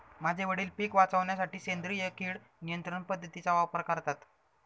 माझे वडील पिक वाचवण्यासाठी सेंद्रिय किड नियंत्रण पद्धतीचा वापर करतात